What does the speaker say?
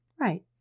Right